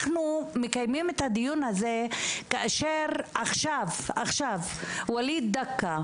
אנחנו מקיימים את הדיון הזה כאשר וליד דקה,